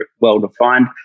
well-defined